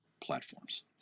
platforms